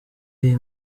iyi